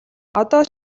одоо